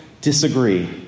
disagree